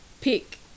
pick